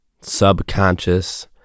subconscious